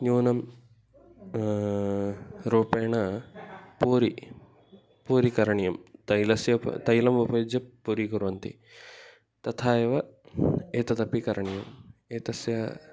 न्यूनं रूपेण पूरि पूरि करणीयं तैलस्य उप तैलम् उपयुज्य पूरि कुर्वन्ति तथा एव एतदपि करणीयम् एतस्य